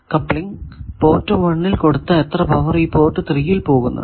coupling port 1 ൽ കൊടുത്ത എത്ര പവർ ഈ പോർട്ട് 3 ൽ പോകുന്നുണ്ട്